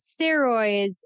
steroids